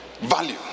value